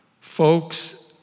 Folks